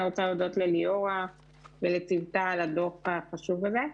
אני רוצה להודות לליאורה ולצוותה על הדוח החשוב הזה.